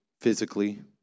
physically